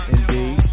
Indeed